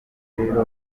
rero